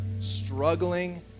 struggling